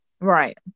Right